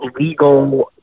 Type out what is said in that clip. legal